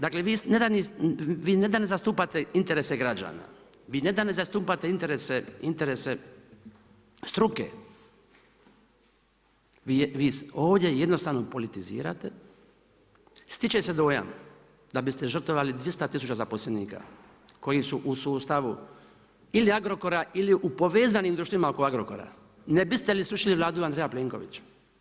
Dakle, vi da ne zastupate interese građana, vi ne da ne zastupate interese struke, vi ovdje jednostavno politizirate, stiče se dojam da biste žrtvovali 200 tisuća zaposlenika koji su u sustavu ili Agrokora ili u povezanih društvima oko Agrokora ne biste li srušili Vladu Andreja Plenkovića.